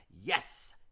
Yes